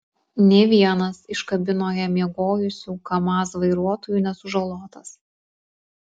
nė vienas iš kabinoje miegojusių kamaz vairuotojų nesužalotas